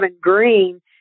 green